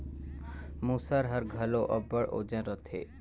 मूसर हर घलो अब्बड़ ओजन रहथे